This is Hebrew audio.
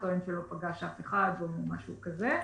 טוען שלא פגש אף אחד או משהו כזה,